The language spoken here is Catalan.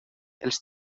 els